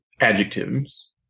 adjectives